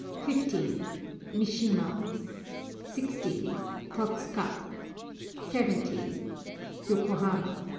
fifteen mishima sixteen totsuka seventeen yokohama